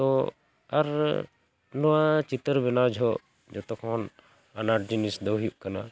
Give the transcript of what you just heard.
ᱛᱚ ᱟᱨ ᱱᱚᱣᱟ ᱪᱤᱛᱟᱹᱨ ᱵᱮᱱᱟᱣ ᱡᱚᱠᱷᱚᱱ ᱡᱚᱛᱚ ᱠᱷᱚᱱ ᱟᱱᱟᱴ ᱡᱤᱱᱤᱥ ᱫᱚ ᱦᱩᱭᱩᱜ ᱠᱟᱱᱟ